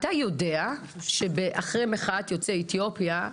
אתה יודע שאחרי מחאת יוצאי אתיופיה,